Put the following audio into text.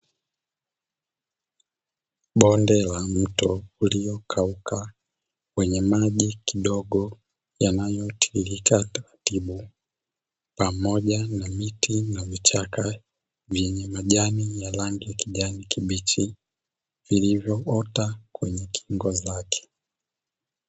Bonde la mto uliokauka wenye maji kidogo yanayotiririka taratibu, pamoja na miti na vichaka vyenye majani ya rangi ya kijani kibichi ilivyoota kwenye kingo zake.